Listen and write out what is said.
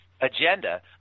agenda